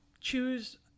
choose